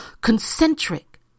concentric